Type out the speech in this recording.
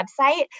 website